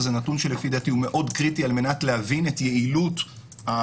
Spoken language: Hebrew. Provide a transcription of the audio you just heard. וזה נתון שלפי דעתי הוא קריטי מאוד על מנת להבין את יעילות הזריקות,